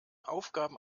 aufgaben